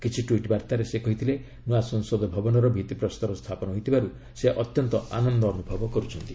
କିଛି ଟ୍ୱିଟ୍ ବାର୍ଭାରେ ସେ କହିଥିଲେ ନୂଆ ସଂସଦ ଭବନର ଭିଭିପ୍ରସ୍ତର ସ୍ଥାପନ ହୋଇଥିବାର୍ତ ସେ ଅତ୍ୟନ୍ତ ଆନନ୍ଦ ଅନ୍ଦ୍ରଭବ କର୍ରଛନ୍ତି